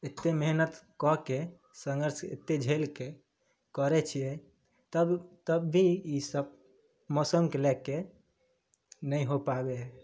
एते मेहनत कऽ के संघर्ष एते झेलके करै छियै तब तब भी ईसब मौसमके लए के नहि हो पाबै है